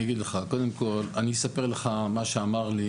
קודם כל אני אספר לך מה שאמר לי